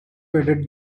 added